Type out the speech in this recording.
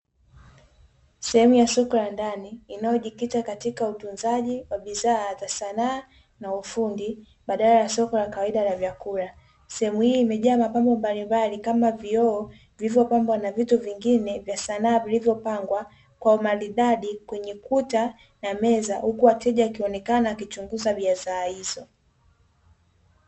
Sehemu ya soko la ndani, inayojikita katika utunzaji wa bidhaa za sanaa na ufundi, badala ya soko la kawaida la vyakula. Sehemu hii imejaa mapambo mbalimbali kama vioo vilivyo pangwa na vitu vingine vya sanaa vilivyo pangwa, kwa umaridadi kwenye kuta na meza huku wateja wakionekana wakichunguza bidhaa hizo.